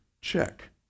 Check